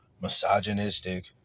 misogynistic